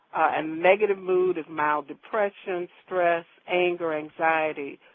and negative mood is mild depression, stress, anger, anxiety.